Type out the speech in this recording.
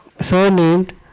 surnamed